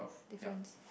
difference